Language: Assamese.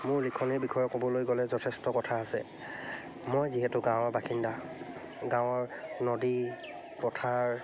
মোৰ লিখনিৰ বিষয়ে ক'বলৈ গ'লে যথেষ্ট কথা আছে মই যিহেতু গাঁৱৰ বাসিন্দা গাঁৱৰ নদী পথাৰ